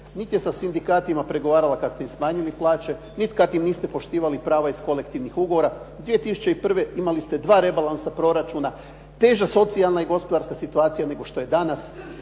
niti je sa sindikatima pregovarala kada ste im smanjili plaće, niti kada im niste poštivali prava iz kolektivnih ugovora, 2001. imali ste dva rebalansa proračuna, teža socijalna i gospodarska situacija nego što je danas,